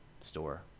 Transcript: Store